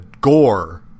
gore